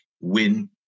win